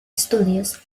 estudios